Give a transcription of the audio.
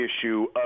issue